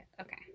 Okay